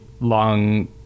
long